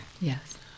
Yes